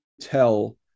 tell